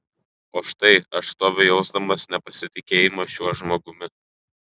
o štai aš stoviu jausdamas nepasitikėjimą šiuo žmogumi